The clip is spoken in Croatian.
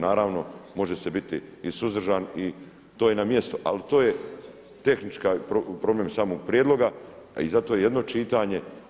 Naravno može se biti i suzdržan i to je na mjestu, ali to je tehnički problem samog prijedloga i zato je jedno čitanje.